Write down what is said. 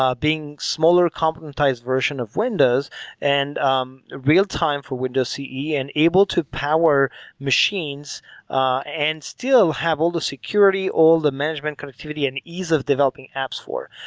um being smaller complementized version of windows and um real time for windows ce and able to power machines ah and still have all the security, all the management connectivity and ease of developing apps for.